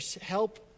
help